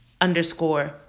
underscore